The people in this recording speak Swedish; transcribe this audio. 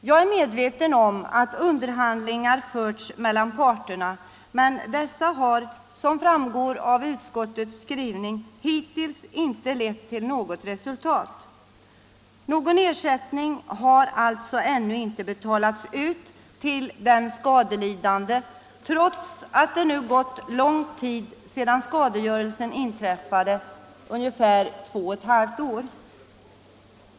Jag är medveten om att underhandlingar har förts mellan parterna, men som framgår av utskottets skrivning har dessa hittills inte lett till något resultat. Någon ersättning har alltså ännu inte betalats ut till den skadelidande, trots att det nu har gått lång tid sedan skadegörelsen inträffade, ungefär två och ett halvt år.